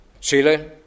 Chile